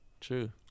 True